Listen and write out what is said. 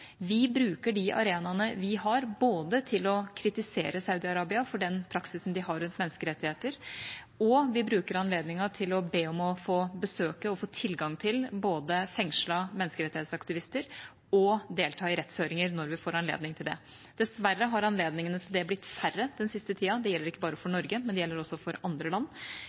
Vi bruker de arenaene vi har til å kritisere Saudi-Arabia for den praksisen de har rundt menneskerettigheter, og vi bruker anledningen til å be om å få besøke og få tilgang til både fengslede menneskerettighetsaktivister og å delta i rettshøringer, når vi får anledning til det. Dessverre har anledningene til det blitt færre den siste tida. Det gjelder ikke bare for Norge; det gjelder også for andre land.